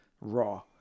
raw